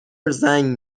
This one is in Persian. زنگ